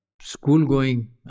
school-going